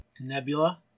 Nebula